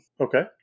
okay